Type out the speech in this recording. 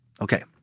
Okay